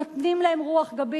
נותנים להם רוח גבית.